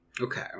Okay